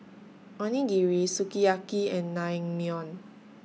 Onigiri Sukiyaki and Naengmyeon